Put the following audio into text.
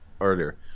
earlier